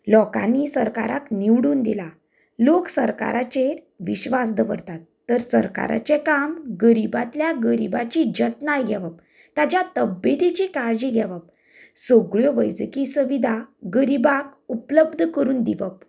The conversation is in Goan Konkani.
लोकांनी सरकाराक निवडून दिला लोक सरकाराचेर विश्वास दवरतात तर सरकाराचें काम गरीबातल्या गरीबाची जतनाय घेवप तांच्या तब्येतिची काळजी घेवप सगळ्यो वैजकी सुविधा गरीबाक उपलब्द करून दिवप